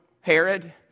Herod